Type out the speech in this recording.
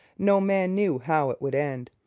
no man knew how it would end.